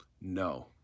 No